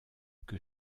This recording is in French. que